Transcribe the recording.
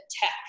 tech